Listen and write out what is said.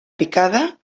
picada